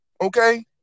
Okay